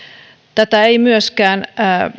tätä ei myöskään